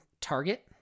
Target